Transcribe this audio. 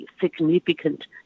Significant